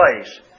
place